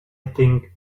think